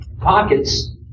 pockets